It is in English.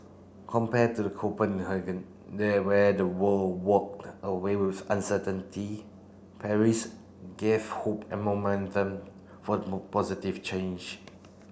compare to the Copenhagen there where the world walked away with uncertainty Paris gave hope and momentum for positive change